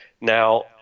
Now